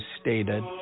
stated